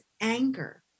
anger